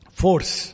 force